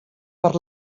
per